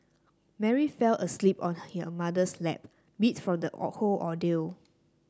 Mary fell asleep on her mother's lap meat from the whole ordeal